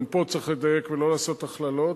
גם פה צריך לדייק ולא לעשות הכללות,